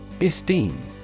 Esteem